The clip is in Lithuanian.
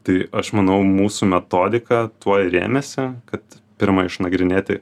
tai aš manau mūsų metodika tuo rėmėsi kad pirma išnagrinėti